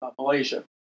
Malaysia